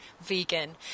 Vegan